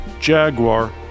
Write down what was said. Jaguar